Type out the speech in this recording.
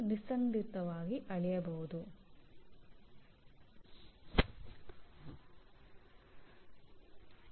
ಎಲ್ಲಾ ವಿದ್ಯಾರ್ಥಿಗಳು ಪಿಒ ಸಾಧನೆ ಮತ್ತು ರೂಬ್ರಿಕ್ಸ್ ಅನ್ನು ಲೆಕ್ಕಾಚಾರ ಮಾಡಲು ಸೇರಿಸಬೇಕಾದ ಚಟುವಟಿಕೆಗಳಲ್ಲಿ ಭಾಗವಹಿಸಬೇಕು ಮತ್ತು ಮೌಲ್ಯಅಂಕಣ ಕಾರ್ಯವಿಧಾನಗಳನ್ನು ಸ್ಪಷ್ಟವಾಗಿ ವ್ಯಾಖ್ಯಾನಿಸಬೇಕು